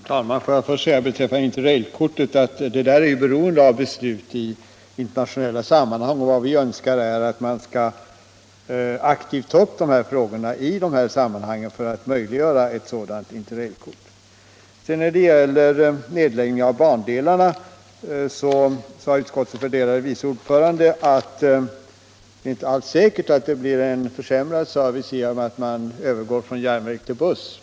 Herr talman! Får jag först säga beträffande interrailkortet att detta är beroende av beslut i internationella sammanhang. Vad vi önskar är att man aktivt skall ta upp dessa frågor för att möjliggöra ett interrailkort. När det gäller nedläggning av bandelar ansåg utskottets värderade vice ordförande att det inte alls är säkert att det blir en försämrad service i och med att man övergår från järnväg till buss.